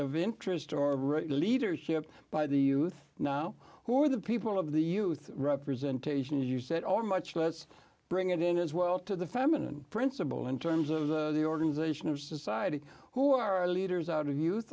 of interest or leadership by the youth now who are the people of the youth representation as you said or much less bring it in as well to the feminine principle in terms of the organization of society who are leaders out of youth